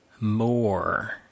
more